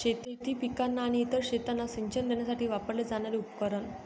शेती पिकांना आणि इतर शेतांना सिंचन देण्यासाठी वापरले जाणारे उपकरण